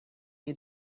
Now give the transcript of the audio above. you